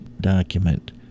document